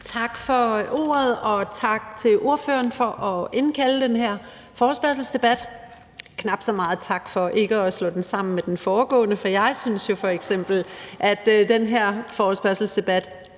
Tak for ordet, og tak til ordføreren for at indkalde til den her forespørgselsdebat, men knap så meget tak for ikke at slå den sammen med den foregående, for jeg synes jo, at den her forespørgselsdebat